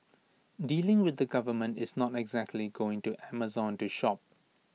dealing with the government is not exactly going to Amazon to shop